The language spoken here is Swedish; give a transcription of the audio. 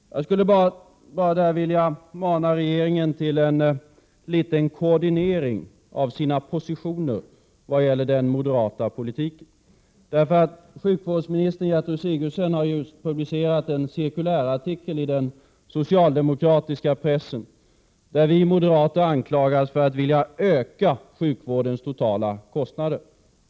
Jag skulle vilja mana regeringen till en liten koordinering av sina positioner vad gäller den moderata politiken. Sjukvårdsminister Gertrud Sigurdsen har just publicerat en cirkulärartikel i den socialdemokratiska pressen, i vilken vi moderater anklagas för att vilja öka sjukvårdens totala kostnader.